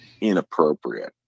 inappropriate